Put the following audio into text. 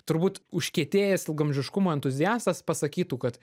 turbūt užkietėjęs ilgaamžiškumo entuziastas pasakytų kad